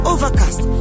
Overcast